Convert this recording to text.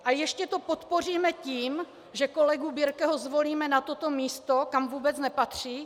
A ještě to podpoříme tím, že kolegu Birkeho zvolíme na toto místo, kam vůbec nepatří?